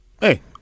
Hey